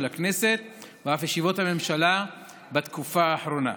הכנסת ואף ישיבות הממשלה בתקופה האחרונה.